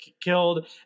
killed